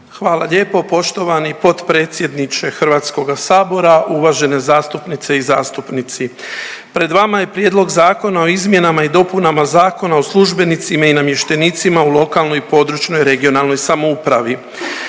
Hvala lijepo poštovani potpredsjedniče Hrvatskoga sabora. Uvažene zastupnice i zastupnici, pred vama je Prijedlog Zakona o izmjenama i dopunama Zakona o službenicima i namještenicima u lokalnoj i područnoj (regionalnoj) samoupravi.